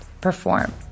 perform